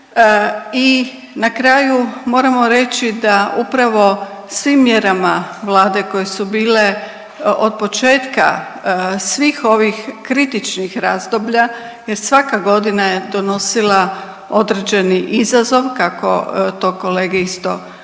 I na kraju moramo reći da upravo svim mjerama Vlade koje su bile od početka svih ovih kritičnih razdoblja, jer svaka godina je donosila određeni izazov kako to kolege isto vrlo